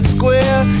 square